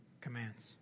commands